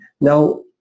Now